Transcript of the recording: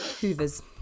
hoovers